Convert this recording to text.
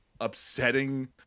upsetting